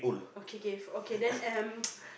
okay kay okay then um